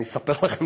אני אספר לכם,